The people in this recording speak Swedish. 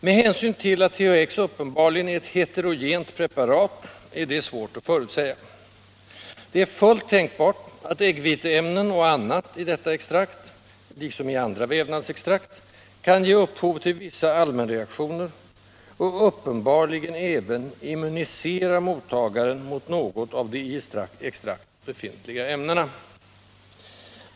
Med hänsyn till att THX uppenbarligen är ett heterogent preparat är detta svårt att förutsäga. Det är fullt tänkbart att äggviteämnen och annat i detta extrakt, liksom i andra vävnadsextrakt, kan ge upphov till vissa allmänreaktioner och uppenbarligen även immunisera mottagaren mot något av de i extraktet befintliga ämnena.